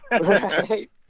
Right